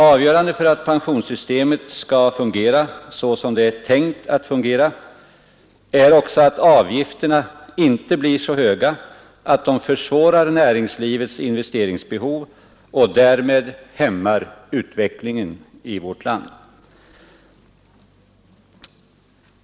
Avgörande för att pensionssystemet skall fungera så som det är tänkt att fungera är också att avgifterna inte blir så höga att de försvårar näringslivets investeringsbehov och därmed hämmar utvecklingen i vårt land.